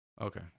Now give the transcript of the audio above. Okay